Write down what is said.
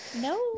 No